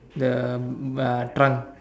the uh trunk